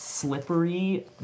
Slippery